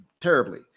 terribly